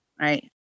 right